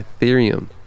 Ethereum